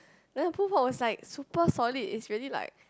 then a pulpo is like super solid is really like